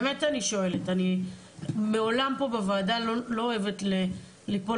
באמת אני שואלת אני מעולם פה בוועדה לא אוהבת ליפול